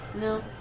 No